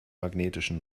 magnetischen